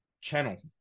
channel